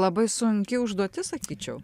labai sunki užduotis sakyčiau